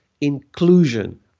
inclusion